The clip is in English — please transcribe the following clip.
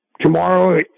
Tomorrow